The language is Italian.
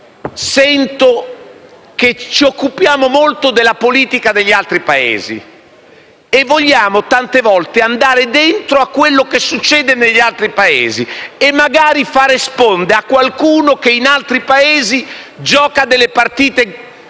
sento che ci occupiamo molto della politica degli altri Paesi, tante volte vogliamo andare dentro a ciò che succede negli altri Paesi e magari fare sponde a qualcuno che, in altri Paesi, gioca delle partite